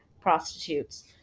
prostitutes